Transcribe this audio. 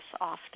often